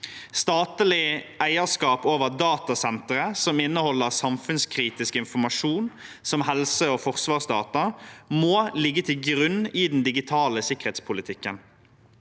Statlig eierskap over datasentre som inneholder samfunnskritisk informasjon, som helse- og forsvarsdata, må ligge til grunn i den digitale sikkerhetspolitikken.